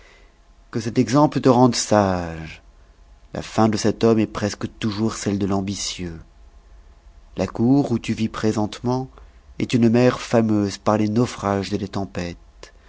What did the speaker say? que cet exemple te rende sage la fin de cet homme est presque toujours celle de l'ambitieux la cour où tu vis présentement est une mer fameuse par les naufrages et les tempêtes